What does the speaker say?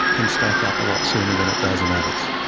can stack up a lot sooner than it does in others.